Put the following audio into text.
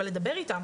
אבל לדבר איתם.